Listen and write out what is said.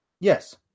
Yes